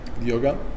Yoga